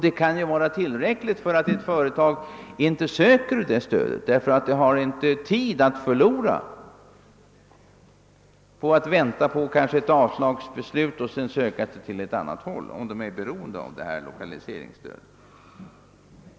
Detta kan vara tillräckligt för att ett företag inte söker lokaliseringsstöd; man har inte, om man är beroende av ett sådant stöd, tid att vänta på ett avslagsbeslut för att sedan göra ansökan om stöd på annat håll. Detta var den ena synpunkten.